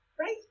right